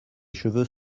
cheveux